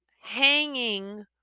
hanging